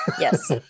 yes